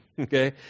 okay